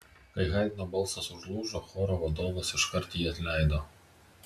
kai haidno balsas užlūžo choro vadovas iškart jį atleido